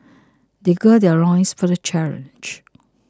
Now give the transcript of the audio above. they gird their loins for the challenge